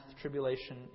tribulation